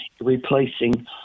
replacing